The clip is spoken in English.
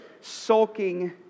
sulking